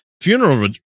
funeral